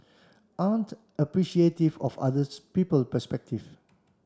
aren't appreciative of other people perspective